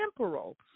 temporal